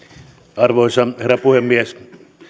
arvoisa herra puhemies